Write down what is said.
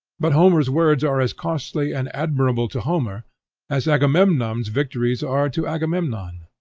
but homer's words are as costly and admirable to homer as agamemnon's victories are to agamemnon.